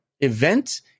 event